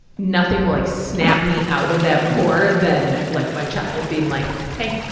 nothing will like snap me out of that more than like my child being like, hey.